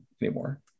Anymore